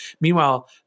Meanwhile